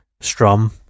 strum